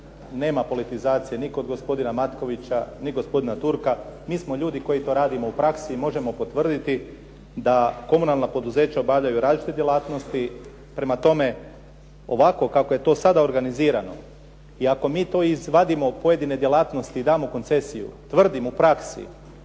nema politizacije ni gospodina Matkovića, ni kod gospodina Turka. Mi smo ljudi koji to radimo u praksi i možemo potvrditi da komunalna poduzeća obavljaju različite djelatnosti. Prema tome, ovako kako je to sada organizirano i ako mi to izvadimo pojedine djelatnosti i damo koncesiju, tvrdim u praksi,